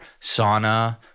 sauna